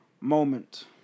moment